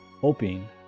hoping